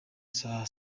saa